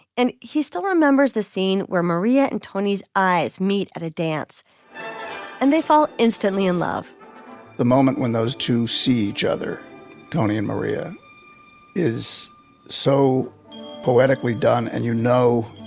and he still remembers the scene where maria and tony's eyes meet at a dance and they fall instantly in love the moment when those two see each other tony and maria is so poetically done. and, you know,